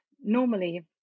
normally